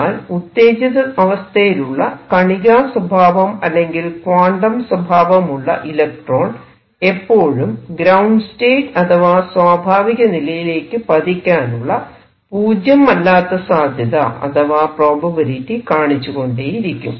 എന്നാൽ ഉത്തേജിത അവസ്ഥയിലുള്ള കണികാ സ്വഭാവം അല്ലെങ്കിൽ ക്വാണ്ടം സ്വഭാവമുള്ള ഇലക്ട്രോൺ എപ്പോഴും ഗ്രൌണ്ട് സ്റ്റേറ്റ് അഥവാ സ്വാഭാവിക നിലയിലേക്ക് പതിക്കാനുള്ള പൂജ്യം അല്ലാത്ത സാധ്യത അഥവാ പ്രോബബിലിറ്റി കാണിച്ചുകൊണ്ടേയിരിക്കും